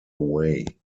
away